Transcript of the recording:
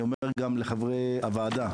צוות הוועדה,